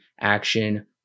action